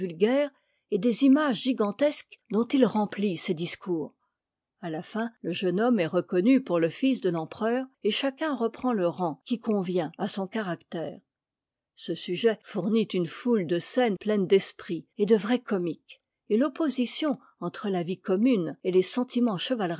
et des images gigantesques dont il remplit ses discours a la fin le jeune homme est reconnu pour le fils de l'empereur et chacun reprend le rang qui convient à son caractère ce sujet fournit une foule de scènes pleines d'esprit et de vrai comique et l'opposition entre la vie commune et les sentiments